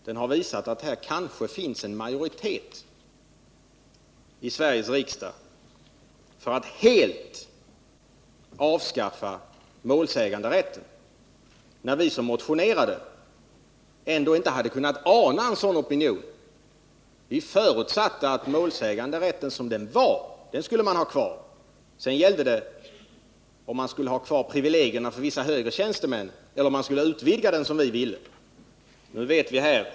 Den har visat att det kanske finns en majoritet i Sveriges riksdag för att helt avskaffa målsäganderätten. Vi som motionerade hade inte kunnat ana en sådan opinion. Vi förutsatte att man skulle ha kvar målsäganderätten som den var — sedan gällde det om man skulle ha kvar privilegierna för vissa högre tjänstemän eller om man skulle utvidga målsäganderätten, som vi ville.